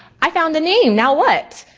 i found the name, now what?